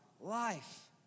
life